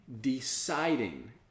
deciding